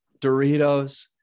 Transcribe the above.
Doritos